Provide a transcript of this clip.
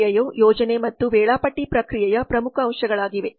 ಪ್ರಕ್ರಿಯೆಯು ಯೋಜನೆ ಮತ್ತು ವೇಳಾಪಟ್ಟಿ ಪ್ರಕ್ರಿಯೆಯ ಪ್ರಮುಖ ಅಂಶಗಳಾಗಿವೆ